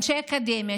אנשי אקדמיה,